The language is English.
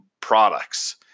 products